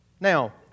Now